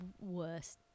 worst